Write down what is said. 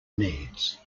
needs